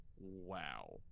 Wow